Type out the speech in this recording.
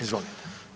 Izvolite.